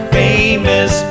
famous